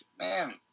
man